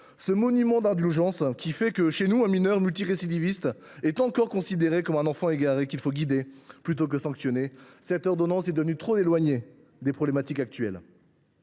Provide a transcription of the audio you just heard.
ce monument d’indulgence en vertu duquel, dans notre pays, un mineur multirécidiviste est encore considéré comme un enfant égaré qu’il faut guider plutôt que sanctionner. Cette ordonnance est désormais trop éloignée des problématiques actuelles.